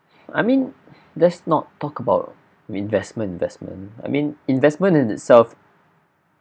I mean let's not talk about investment investment I mean investment in itself